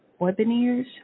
webinars